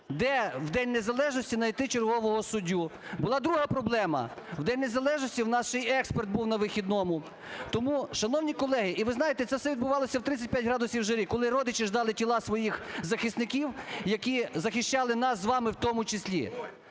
де в День незалежності найти чергового суддю. Була друга проблема: в День незалежності у нас ще й експерт був на вихідному. Тому, шановні колеги… І ви знаєте, це все відбувалося в 35 градусів жари, коли родичі ждали тіла своїх захисників, які захищали нас з вами у тому числі.